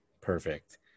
Perfect